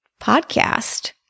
podcast